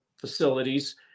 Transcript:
facilities